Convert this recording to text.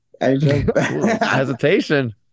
Hesitation